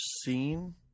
seen